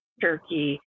turkey